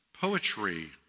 poetry